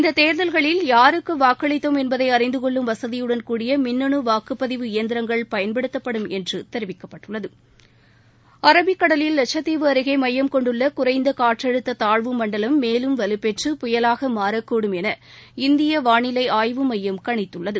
இந்த தேர்தல்களில் யாருக்கு வாக்களித்தோம் என்பதை அறிந்து கொள்ளும் வசதியுடன் கூடிய மின்னணு வாக்குப்பதிவு இயந்திரங்கள் பயன்படுத்தப்படும் என்று தெரிவிக்கப்பட்டுள்ளது அரபிக் கடலில் லட்சத்தீவு அருகே மையம் கொண்டுள்ள குறைந்த காற்றழுத்த தாழ்வு மண்டலம் மேலும் வலுப்பெற்று புயலாக மாறக்கூடும் என இந்திய வானிலை ஆய்வு மையம் கணித்துள்ளது